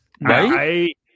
Right